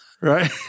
Right